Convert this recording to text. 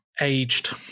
Aged